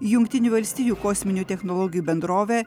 jungtinių valstijų kosminių technologijų bendrovė